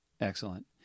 excellent